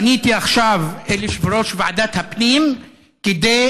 פניתי עכשיו אל יושב-ראש ועדת הפנים כדי